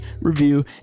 review